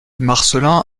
marcelin